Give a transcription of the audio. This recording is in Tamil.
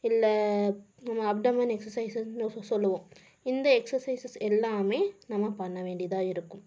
இல்லை நம்ம அப்டமன் எக்சர்சைஸுன்னு சொல்வோம் இந்த எக்சர்சைஸஸ் எல்லாம் நம்ம பண்ண வேண்டியதாக இருக்கும்